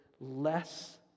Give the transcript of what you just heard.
less